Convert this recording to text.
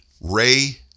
Ray